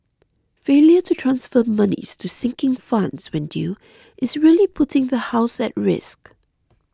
failure to transfer monies to sinking funds when due is really putting the house at risk